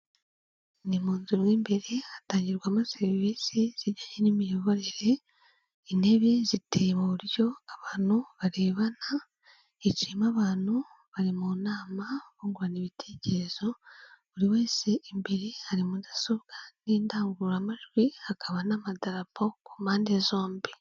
Ni mu nzu mu imbere, hatangirwamo serivisi zijyanye n'imiyoborere, intebe ziteye mu buryo abantu barebana, hicayemo abantu bari mu nama bungurana ibitekerezo, buri wese imbere hari mudasobwa n'indangururamajwi, hakaba n'amadarapo ku mpande zombi.